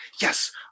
yes